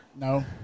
No